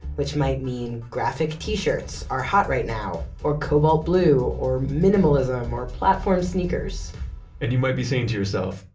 which might mean graphic t-shirts are hot right now, or cobalt blue or minimalism, or platform sneakers and you might be saying to yourself,